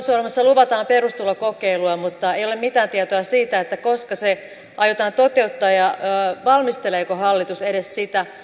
hallitusohjelmassa luvataan perustulokokeilua mutta ei ole mitään tietoa siitä koska se aiotaan toteuttaa ja valmisteleeko hallitus edes sitä